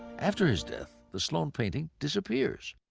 after his death, the sloan painting disappears.